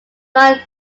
non